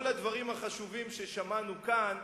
כל הדברים החשובים ששמענו כאן,